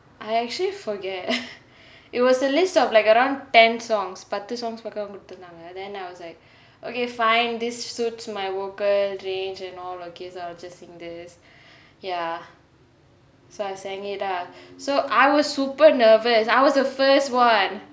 I actually forget it was a list of like around ten songs பத்து:pathu songs மட்டுதா கொடுதுருந்தாங்கே:mattuthaa koduthurunthanggae then I was like okay fine this suits my vocal range and all so I'll just sing this ya so I sang it lah so I was super nervous I was the first [one]